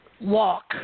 Walk